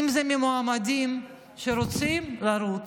אם זה ממועמדים שרוצים לרוץ,